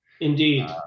Indeed